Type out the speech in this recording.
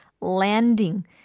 landing